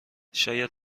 شاید